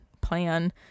plan